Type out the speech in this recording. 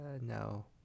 no